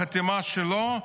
בחתימה שלו,